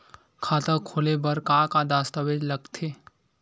खाता खोले बर का का दस्तावेज लगथे?